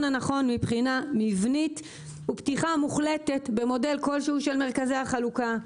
הנכון מבחינה מבנית הוא פתיחה מוחלטת במודל כל שהוא של מרכזי החלוקה.